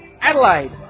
Adelaide